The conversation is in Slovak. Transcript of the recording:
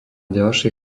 ďalšie